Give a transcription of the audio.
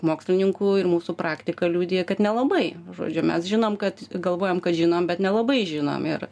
mokslininkų ir mūsų praktika liudija kad nelabai žodžiu mes žinom kad galvojam kad žinom bet nelabai žinom ir